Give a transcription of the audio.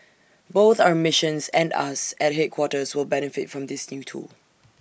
both our missions and us at headquarters will benefit from this new tool